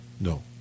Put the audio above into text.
No